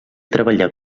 treballar